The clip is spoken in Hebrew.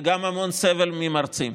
המון סבל מהמרצים,